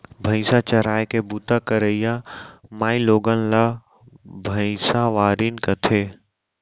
भईंसा चराय के बूता करइया माइलोगन ला भइंसवारिन कथें